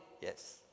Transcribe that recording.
Yes